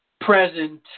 present